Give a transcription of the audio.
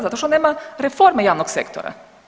Zato što nema reforme javnog sektora.